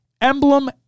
emblem